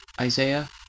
Isaiah